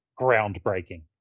groundbreaking